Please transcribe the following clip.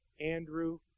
Andrew